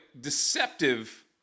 deceptive